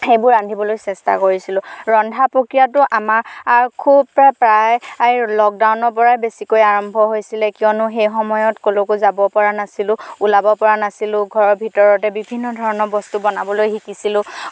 সেইবোৰ ৰান্ধিবলৈ চেষ্টা কৰিছিলোঁ ৰন্ধা প্ৰক্ৰিয়াটো আমাৰ খুব প্ৰায় লকডাউনৰ পৰাই বেছিকৈ আৰম্ভ হৈছিলে কিয়নো সেই সময়ত ক'লৈকো যাব পৰা নাছিলোঁ ওলাব পৰা নাছিলোঁ ঘৰৰ ভিতৰতে বিভিন্ন ধৰণৰ বস্তু বনাবলৈ শিকিছিলোঁ